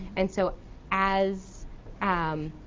and so as um